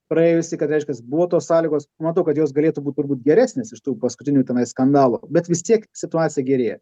praėjusiai kad reiškias buvo tos sąlygos matau kad jos galėtų būt turbūt geresnės iš tų paskutinių tenai skandalų bet vis tiek situacija gerėja